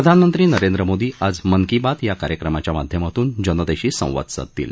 प्रधानमंत्री नरेंद्र मोदी आज मन की बात या कार्यक्रमाच्या माध्यमातून जनतेशी संवाद साधतील